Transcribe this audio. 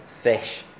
fish